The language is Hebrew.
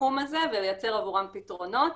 בתחום הזה ולייצר פתרונות.